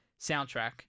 soundtrack